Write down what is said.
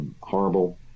horrible